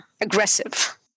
Aggressive